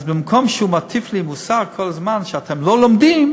אז במקום שהוא מטיף לי מוסר כל הזמן: אתם לא לומדים,